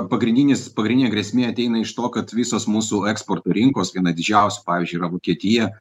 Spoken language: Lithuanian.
pagrindinis pagrindinė grėsmė ateina iš to kad visos mūsų eksporto rinkos viena didžiausių pavyzdžiui yra vokietija